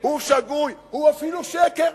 הוא שגוי, הוא שקר.